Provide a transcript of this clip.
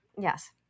Yes